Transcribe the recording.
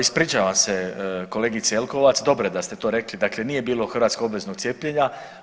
Ispričavam se kolegici Jelkovac, dobro je da ste to rekli, dakle nije bilo u Hrvatskoj obveznog cijepljenja.